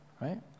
right